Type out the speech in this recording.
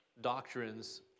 doctrines